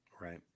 Right